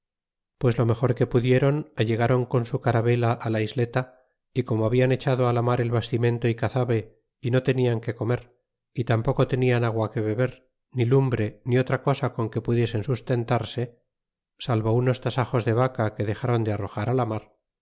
pues lo mejor que pudiron allegron con su caravela la isleta y como hablan echado la mar el bastimento y cazave y no tenian que comer y tampoco tenian agua que beber ni lumbre ni otra cosa con que pudiesen sustentarse salvo unos tasajos de vaca que dexron de arrojar la mar